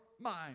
mind